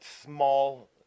small